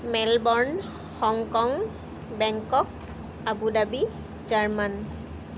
Melbourne Hong Kong Bangkok Abu Dhabi German